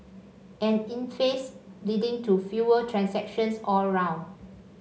an impasse leading to fewer transactions all round